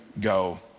go